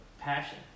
passion